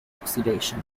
oxidation